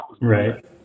Right